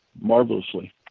marvelously